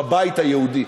בבית היהודי,